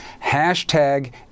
Hashtag